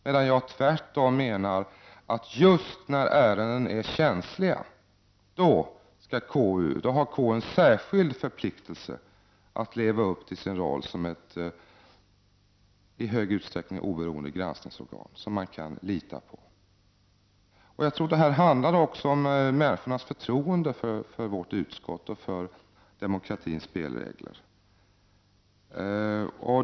Jag menar tvärtom, att just när ärenden är känsliga har KU en särskild förpliktelse att leva upp till sin roll som ett i stor utsträckning oberoende granskningsorgan, som man kan lita på. Det handlar också om människornas förtroende för vårt utskott och för demokratins spelregler.